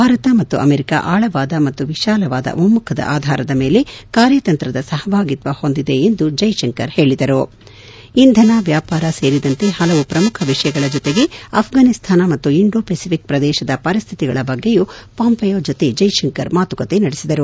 ಭಾರತ ಮತ್ತು ಅಮೆರಿಕ ಆಳವಾದ ಮತ್ತು ವಿಶಾಲವಾದ ಒಮ್ಮಖದ ಅಧಾರದ ಮೇಲೆ ಕಾರ್ಯತಂತ್ರದ ಸಹಭಾಗಿತ್ವವನ್ನು ಹೊಂದಿದೆ ಎಂದು ಜೈಶಂಕರ್ ಹೇಳಿದರು ಇಂಧನ ವ್ಯಾಪಾರ ಸೇರಿದಂತೆ ಪಲವು ಪ್ರಮುಖ ವಿಷಯಗಳ ಜತೆಗೆ ಅಪ್ಪಾನಿಸ್ಥಾನ ಮತ್ತು ಇಂಡೋ ಫೆಸಿಪಿಕ್ ಪ್ರದೇಶದ ಪರಿಸ್ಥಿತಿಗಳ ಬಗ್ಗೆಯೂ ಪಾಂಪೆಯೊ ಜೊತೆ ಜೈಸಂಕರ್ ಮಾತುಕತೆ ನಡೆಸಿದರು